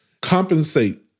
compensate